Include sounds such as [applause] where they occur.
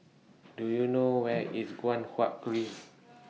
Do YOU know Where IS Guan Huat Kiln [noise]